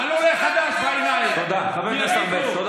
על עולה חדש, בעיניים, קיבלתם, 32